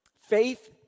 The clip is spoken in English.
Faith